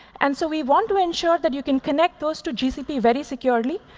and so we want to ensure that you can connect those to gcp very securely.